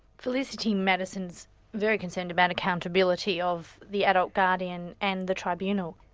felicity madison's very concerned about accountability of the adult guardian and the tribunal.